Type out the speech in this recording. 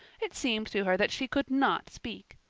it seemed to her that she could not speak.